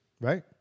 Right